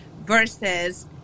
versus